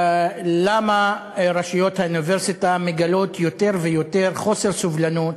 למה רשויות האוניברסיטה מגלות יותר ויותר חוסר סובלנות,